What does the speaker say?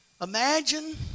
Imagine